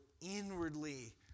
inwardly